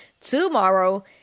tomorrow